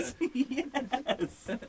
Yes